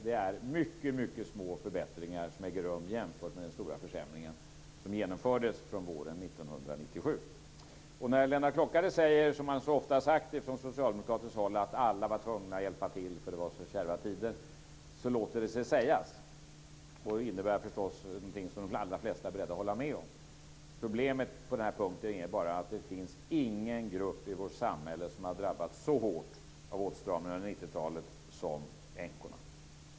Det är mycket små förbättringar som sker jämfört med den stora försämring som genomfördes från våren 1997. När Lennart Klockare säger det som man så ofta har sagt från socialdemokratiskt håll, att alla var tvungna att hjälpa till för att de var så kärva tider, är det något som låter sig sägas. Det innebär förstås någonting som de allra flesta är beredda att hålla med om. Problemet på den här punkten är bara att det inte finns någon grupp i vårt samhälle som har drabbats så hårt av åtstramningarna under 90-talet som änkorna.